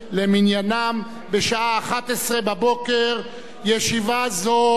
בשעה 11:00. ישיבה זו נעולה.